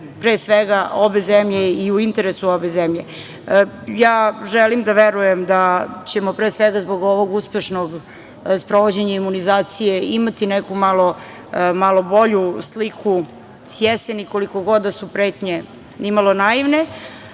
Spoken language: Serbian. pre svega ove zemlje i u interesu ove zemlje. Želim da verujem da ćemo, pre svega zbog ovog uspešnog sprovođenja imunizacije, imati neku malo bolju sliku s jeseni, koliko god da su pretnje nimalo naivne,